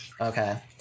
Okay